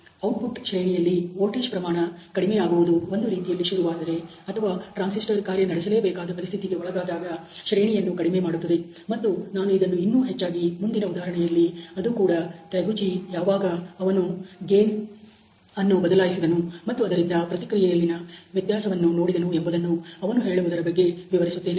output ಶ್ರೇಣಿಯಲ್ಲಿ voltage ಪ್ರಮಾಣ ಕಡಿಮೆಯಾಗುವುದು ಒಂದು ರೀತಿಯಲ್ಲಿ ಶುರುವಾದರೆ ಅಥವಾ ಟ್ರಾನ್ಸಿಸ್ಟರ್ ಕಾರ್ಯ ನಡೆಸಲೇಬೇಕಾದ ಪರಿಸ್ಥಿತಿಗೆ ಒಳಗಾದಾಗ ಶ್ರೇಣಿಯನ್ನು ಕಡಿಮೆ ಮಾಡುತ್ತದೆ ಮತ್ತು ನಾನು ಇದನ್ನು ಇನ್ನೂ ಹೆಚ್ಚಾಗಿ ಮುಂದಿನ ಉದಾಹರಣೆಯಲ್ಲಿ ಅದು ಕೂಡ ತ್ಯಾಗುಚಿ ಯಾವಾಗ ಅವನು ಗೇನ್ ಬದಲಾಯಿಸಿದನು ಮತ್ತು ಅದರಿಂದ ಪ್ರತಿಕ್ರಿಯೆಯಲ್ಲಿನ ವ್ಯತ್ಯಾಸವನ್ನು ನೋಡಿದನು ಎಂಬುದನ್ನು ಅವನು ಹೇಳುವುದರ ಬಗ್ಗೆ ವಿವರಿಸುತ್ತೇನೆ